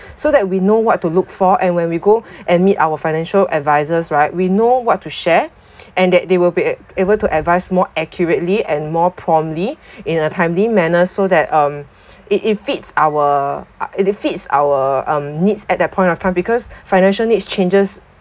so that we know what to look for and when we go and meet our financial advisers right we know what to share and that they will be a~ able to advice more accurately and more promptly in a timely manner so that um if it fits our if it fits our needs at that point of time because financial needs changes